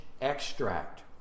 extract